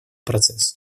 процесс